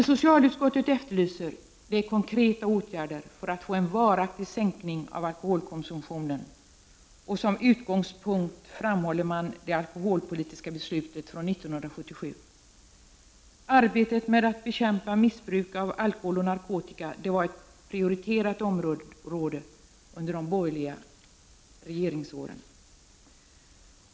Vad socialutskottet efterlyser är konkreta åtgärder för att få en varaktig sänkning av alkoholkonsumtionen. Som utgångspunkt framhåller man det alkoholpolitiska beslutet från 1977. Arbetet med att bekämpa missbruket av alkohol och narkotika var ett prioriterat område under de borgerliga regeringsåren.